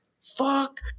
fuck